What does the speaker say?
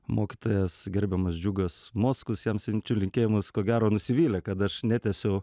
mokytojas gerbiamas džiugas mockus jam siunčiu linkėjimus ko gero nusivylė kad aš netęsiu